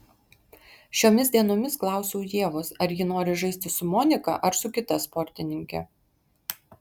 šiomis dienomis klausiau ievos ar ji nori žaisti su monika ar su kita sportininke